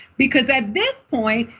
because at this point,